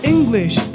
English